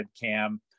cam